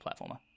platformer